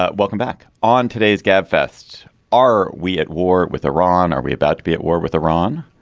ah welcome back. on today's gabfests, are we at war with iran? are we about to be at war with iran?